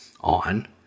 on